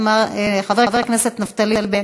חבר הכנסת נפתלי בנט,